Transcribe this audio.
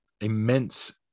immense